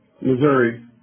Missouri